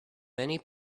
many